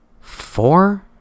four